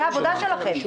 זאת העבודה שלכם.